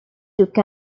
took